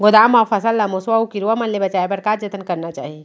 गोदाम मा फसल ला मुसवा अऊ कीरवा मन ले बचाये बर का जतन करना चाही?